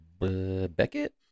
Beckett